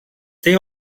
they